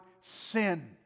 sin